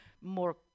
more